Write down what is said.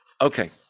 Okay